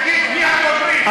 תגיד מי הדוברים.